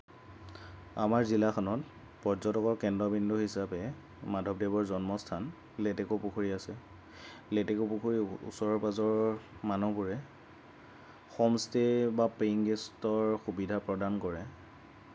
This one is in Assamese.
আমাৰ জিলাখনত পৰ্যটকৰ কেন্দ্ৰবিন্দু হিচাপে মাধৱদেৱৰ জন্মস্থান লেটেকুপুখুৰী আছে লেটেকুপুখুৰীৰ ও ওচৰৰ পাঁজৰৰ মানুহবোৰে হোমষ্টে' বা পেয়িং গেষ্টৰ সুবিধা প্ৰদান কৰে